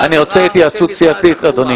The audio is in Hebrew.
הישיבה ננעלה בשעה 12:32.